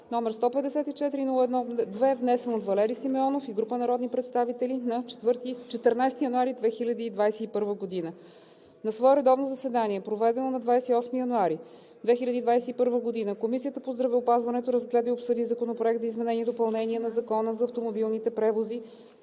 № 154-01-2, внесен от Валери Симеонов и група народни представители на 14 януари 2021 г. На свое редовно заседание, проведено на 28 януари 2021 г., Комисия по здравеопазването разгледа и обсъди Законопроект за изменение и допълнение на Закона за автомобилните превози,